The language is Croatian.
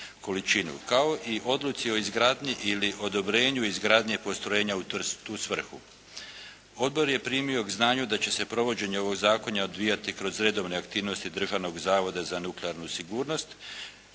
kao i odluci o izgradnji ili odobrenju izgradnje postrojenja u tu svrhu. Odbor je primio k znanju da će se provođenje ovog zakona odvijati kroz redovne aktivnosti Državnog zavoda za nuklearnu sigurnost